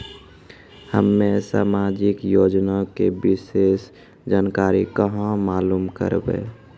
हम्मे समाजिक योजना के विशेष जानकारी कहाँ मालूम करबै?